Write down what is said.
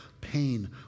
pain